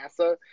NASA